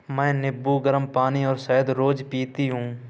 मैं नींबू, गरम पानी और शहद रोज पीती हूँ